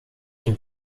dem